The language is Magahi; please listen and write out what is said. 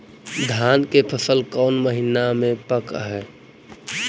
धान के फसल कौन महिना मे पक हैं?